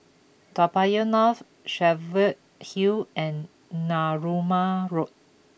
Toa Payoh North Cheviot Hill and Narooma Road